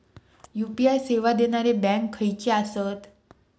UPI सेवा देणारे bank खयचे आसत?